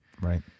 Right